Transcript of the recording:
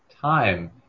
time